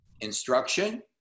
instruction